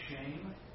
shame